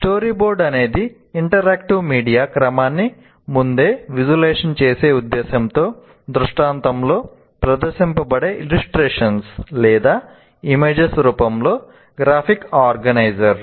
storyboard అనేది interactive media క్రమాన్ని ముందే విజువలైజ్ చేసే ఉద్దేశ్యంతో దృష్టాంతంలో ప్రదర్శించబడే ఇల్లుస్ట్రేషన్స్ లేదా ఇమేజెస్ రూపంలో గ్రాఫిక్ ఆర్గనైజర్